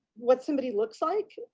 what somebody looks like.